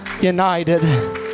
united